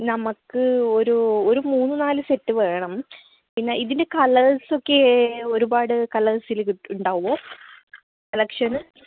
നമ്മൾക്ക് ഒരു ഒരു മൂന്നു നാല് സെറ്റ് വേണം പിന്നെ ഇതിൻ്റെ കളേഴ്സ് ഒക്കെ ഒരുപാട് കളേഴ്സിൽ ഉണ്ടാവുമോ കളക്ഷൻ